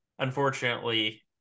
Unfortunately